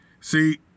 See